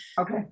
Okay